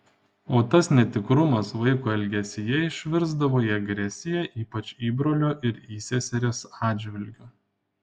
o tas netikrumas vaiko elgesyje išvirsdavo į agresiją ypač įbrolio ir įseserės atžvilgiu